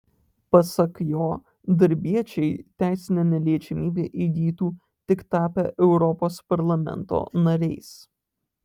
pasak jo darbiečiai teisinę neliečiamybę įgytų tik tapę europos parlamento nariais